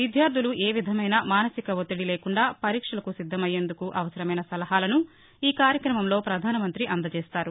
విద్యార్థులు ఏ విధమైన మానసిక ఒత్తిది లేకుండా పరీక్షలకు సిద్దమయ్యేందుకు అవసరమైన సలహాలను ఈ కార్యక్రమంలో పధానమంతి అందచేస్తారు